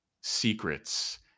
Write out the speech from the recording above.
secrets